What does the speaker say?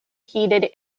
heated